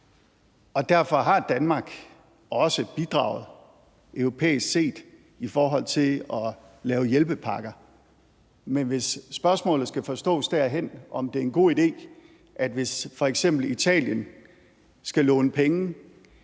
derfor har Danmark også europæisk set bidraget i forhold til at lave hjælpepakker. Men hvis spørgsmålet skal forstås derhen, om det er en god idé, hvis f.eks. Italien skal låne penge